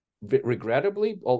regrettably